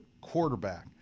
quarterback